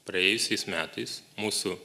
praėjusiais metais mūsų